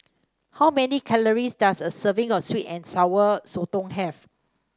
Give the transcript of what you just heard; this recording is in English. how many calories does a serving of sweet and Sour Sotong have